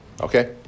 Okay